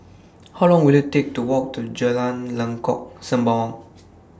How Long Will IT Take to Walk to Jalan Lengkok Sembawang